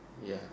ya